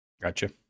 Gotcha